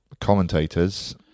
commentators